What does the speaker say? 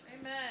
Amen